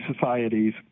societies